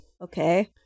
Okay